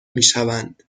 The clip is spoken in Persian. میشوند